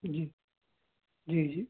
जी जी जी